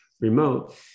remote